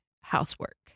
housework